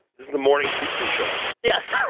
is the morning zoo crew show. yes. so